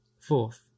Fourth